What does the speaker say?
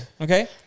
okay